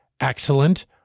excellent